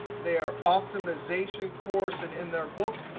their optimization course and in their book.